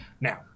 Now